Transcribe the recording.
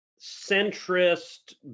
centrist